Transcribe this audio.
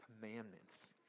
commandments